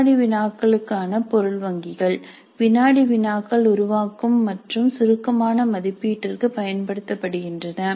வினாடி வினாக்களுக்கான பொருள் வங்கிகள் வினாடி வினாக்கள் உருவாக்கும் மற்றும் சுருக்கமான மதிப்பீட்டிற்குப் பயன்படுத்தப்படுகின்றன